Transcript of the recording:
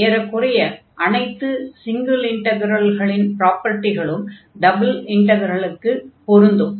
ஏறக்குறைய அனைத்து சிங்கிள் இன்டக்ரல்களின் பராப்பர்டிகளும் டபுள் இன்டக்ரல்களுக்கும் பொருந்தும்